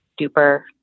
duper